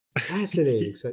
Fascinating